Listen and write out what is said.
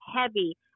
heavy